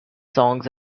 songs